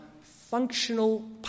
functional